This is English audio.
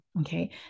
Okay